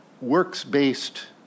works-based